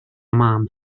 mam